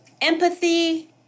Empathy